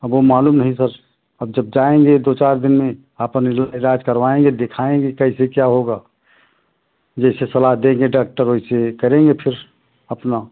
अब वो मालूम नहीं सर अब जब जाएँगे दो चार दिन में अपन इलाज करवाऍंगे दिखाऍंगे कैसे क्या होगा जैसे सलाह देंगे डाक्टर वैसे ही करेंगे फिर अपना